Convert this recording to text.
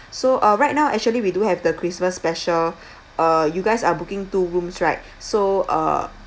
so uh right now actually we do have the christmas special uh you guys are booking two rooms right so uh